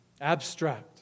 abstract